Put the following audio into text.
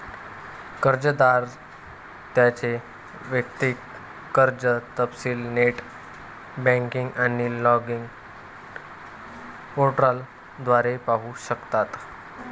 कर्जदार त्यांचे वैयक्तिक कर्ज तपशील नेट बँकिंग आणि लॉगिन पोर्टल द्वारे पाहू शकतात